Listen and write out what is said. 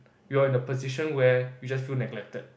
you are in a position where you just feel neglected